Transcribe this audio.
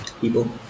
people